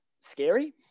scary